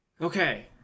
Okay